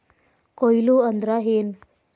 ಕೊಯ್ಲು ಅಂದ್ರ ಏನ್?